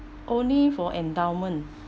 only for endowment